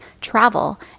travel